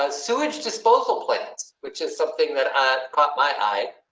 ah sewage disposal plates, which is something that ah caught my eye.